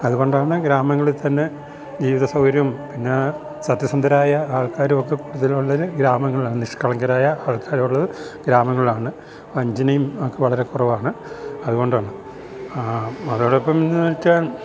അതുകൊണ്ടാണ് ഗ്രാമങ്ങളിൽ തന്നെ ജീവിത സൗകര്യം പിന്നെ സത്യസന്ധരായ ആൾക്കാരും ഒക്കെ കൂടുതലുള്ളർ ഗ്രാമങ്ങളിലാണ് നിഷ്കളങ്കരായ ആൾക്കാരുള്ളത് ഗ്രാമങ്ങളാണ് വഞ്ചനേം ഒക്കെ വളരെ കുറവാണ് അതുകൊണ്ടാണ് അതോടൊപ്പം എന്ന് വെച്ചാൽ